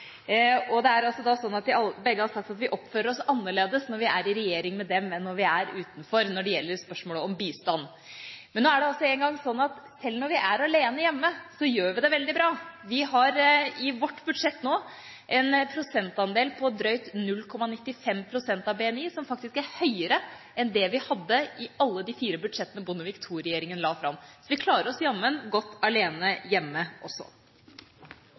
Begge har sagt at vi oppfører oss annerledes når vi er i regjering med dem, enn når vi er utenfor, når det gjelder spørsmålet om bistand. Men nå er det nå en gang sånn at sjøl når vi er alene hjemme, gjør vi det veldig bra. Vi har i vårt budsjett nå en prosentandel på drøyt 0,95 pst. av BNI, som faktisk er høyere enn det vi hadde i alle de fire budsjettene Bondevik II-regjeringa la fram. Så vi klarer oss jammen godt alene hjemme også.